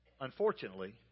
Unfortunately